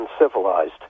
uncivilized